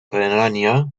renania